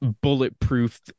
bulletproof